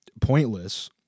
pointless